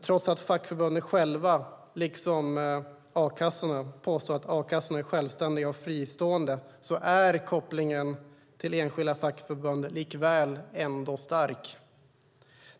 Trots att fackförbunden själva, liksom a-kassorna, påstår att a-kassorna är självständiga och fristående är kopplingen till enskilda fackförbund stark.